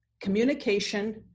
communication